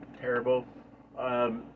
terrible